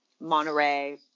Monterey